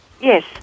Yes